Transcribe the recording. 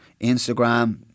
Instagram